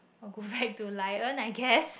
I'll go back to lion I guess